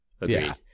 Agreed